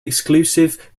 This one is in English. exclusive